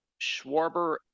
Schwarber